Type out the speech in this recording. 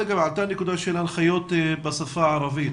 עלתה נקודה לגבי הנחיות בשפה הערבית.